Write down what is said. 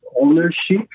ownership